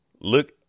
Look